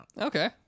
okay